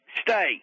stay